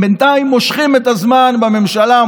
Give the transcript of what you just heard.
הם בינתיים מושכים את הזמן בממשלה,